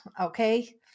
okay